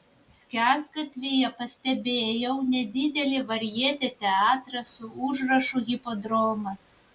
skersgatvyje pastebėjau nedidelį varjetė teatrą su užrašu hipodromas